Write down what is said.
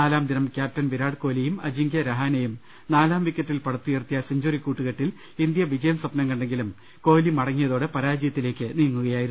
നാലാം ദിനം ക്യാപ്റ്റൻ വിരാട് കൊഹ്ലിയും അജിങ്കൃ രഹാനയും നാലാം വിക്കറ്റിൽ പടുത്തുയർത്തിയ സെഞ്ചറി കൂട്ടുകെ ട്ടിൽ ഇന്ത്യ വിജയം സ്വപ്നം കണ്ടെങ്കിലും കൊഹ്ലി മുടങ്ങിയതോടെ പരാ ജയത്തിലേക്ക് നീങ്ങുകയായിരുന്നു